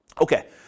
Okay